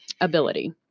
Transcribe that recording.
ability